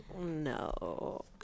no